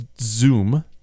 Zoom